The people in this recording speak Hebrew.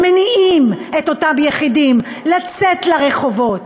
שמניעים את אותם יחידים לצאת לרחובות,